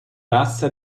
razza